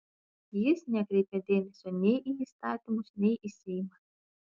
jis nekreipia dėmesio nei į įstatymus nei į seimą